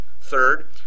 Third